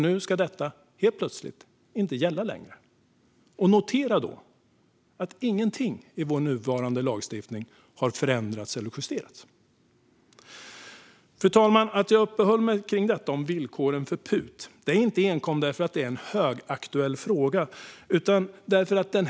Nu ska detta helt plötsligt inte gälla längre. Notera att ingenting i vår nuvarande lagstiftning har förändrats eller justerats. Fru talman! Att jag uppehåller mig vid villkoren för PUT beror inte enkom på att det är en högaktuell fråga.